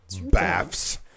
baths